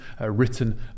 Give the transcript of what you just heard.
written